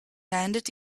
handed